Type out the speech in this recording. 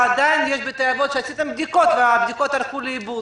ועדיין יש בתי אבות שבהם עשיתם בדיקות והבדיקות הלכו לאיבוד.